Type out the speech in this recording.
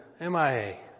MIA